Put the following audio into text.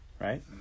Right